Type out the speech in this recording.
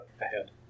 ahead